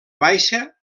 baixa